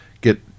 get